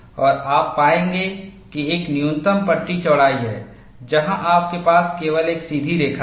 और आप पाएंगे कि एक न्यूनतम पट्टी चौड़ाई है जहाँ आपके पास केवल एक सीधी रेखा है